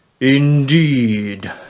Indeed